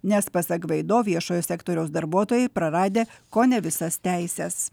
nes pasak gvaido viešojo sektoriaus darbuotojai praradę kone visas teises